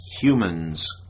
humans